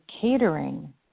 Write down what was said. catering